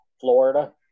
Florida